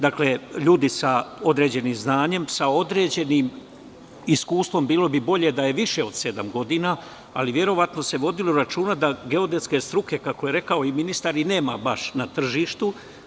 Dakle, ljudi sa određenim znanjem, sa određenim iskustvom bilo bi bolje da je više od sedam godina, ali verovatno se vodilo računa da geodetske struke, kako je rekao i ministar, nema baš na tržištu.